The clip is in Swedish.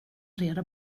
reda